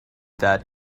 that